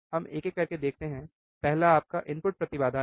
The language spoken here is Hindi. हम एक एक करके देखते हैं पहला आपका इनपुट प्रतिबाधा है